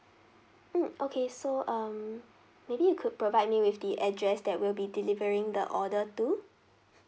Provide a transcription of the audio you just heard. mm okay so um maybe you could provide me with the address that will be delivering the order too